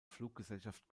fluggesellschaft